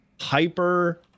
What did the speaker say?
hyper